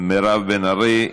מירב בן ארי.